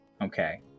Okay